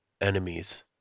enemies